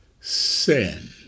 sin